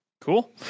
Cool